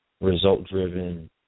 result-driven